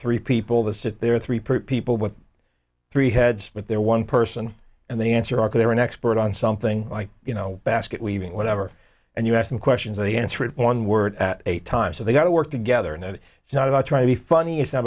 three people to sit there three people with three heads with their one person and the answer are there an expert on something like you know basket weaving whatever and you ask him questions they answer it one word at a time so they got to work together and it's not about trying to be funny it's not